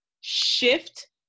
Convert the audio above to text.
shift